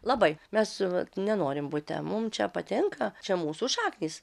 labai mes vat nenorim bute mum čia patinka čia mūsų šaknys